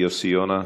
יוסי יונה,